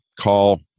call